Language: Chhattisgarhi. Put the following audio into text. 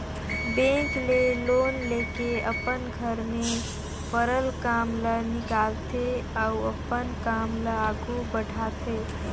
बेंक ले लोन लेके अपन घर में परल काम ल निकालथे अउ अपन काम ल आघु बढ़ाथे